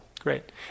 great